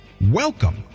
Welcome